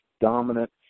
dominant